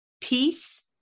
peace